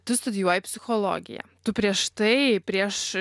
tu studijuoji psichologiją tu prieš tai prieš